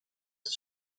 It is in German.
des